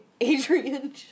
Adrian